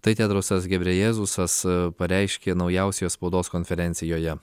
tai tedrosas gebrejėzusas pareiškė naujausioje spaudos konferencijoje